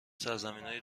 سرزمینای